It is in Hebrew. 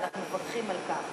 ואנחנו מברכים על כך.